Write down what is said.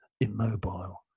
immobile